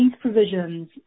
provisions